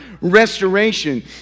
restoration